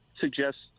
suggests